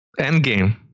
Endgame